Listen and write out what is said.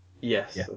Yes